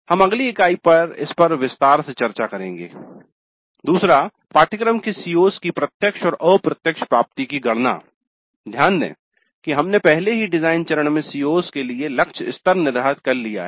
हम अगली इकाई में इस पर अधिक विस्तार से चर्चा करेंगे दूसरा पाठ्यक्रम के सीओ CO's की प्रत्यक्ष और अप्रत्यक्ष प्राप्ति की गणना ध्यान दें कि हमने पहले ही डिजाइन चरण में CO's के लिए लक्ष्य स्तर निर्धारित कर लिया है